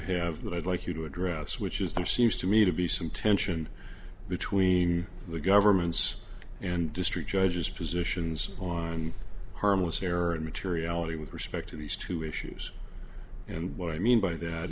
have that i'd like you to address which is there seems to me to be some tension between the government's and district judges positions on harmless error and materiality with respect to these two issues and what i mean by th